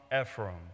Ephraim